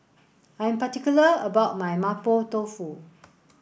I am particular about my Mapo Tofu